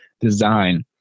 design